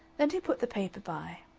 then he put the paper by.